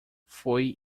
foi